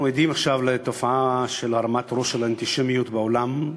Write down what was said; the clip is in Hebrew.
אנחנו עדים עכשיו לתופעה של הרמת ראש של אנטישמיות בעולם.